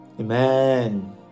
Amen